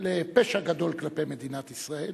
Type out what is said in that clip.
לפשע גדול כלפי מדינת ישראל